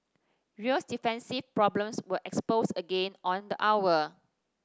real's defensive problems were exposed again on the hour